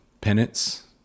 penance